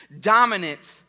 dominant